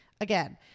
again